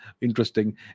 Interesting